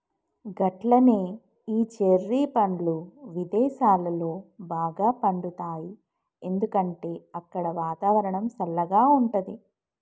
గట్లనే ఈ చెర్రి పండ్లు విదేసాలలో బాగా పండుతాయి ఎందుకంటే అక్కడ వాతావరణం సల్లగా ఉంటది